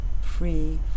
free